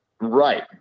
Right